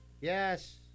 Yes